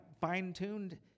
fine-tuned